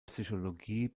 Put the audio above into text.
psychologie